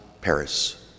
Paris